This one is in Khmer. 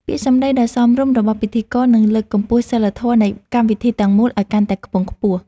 ពាក្យសម្ដីដ៏សមរម្យរបស់ពិធីករនឹងលើកកម្ពស់សីលធម៌នៃកម្មវិធីទាំងមូលឱ្យកាន់តែខ្ពង់ខ្ពស់។